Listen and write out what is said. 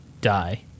die